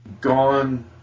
gone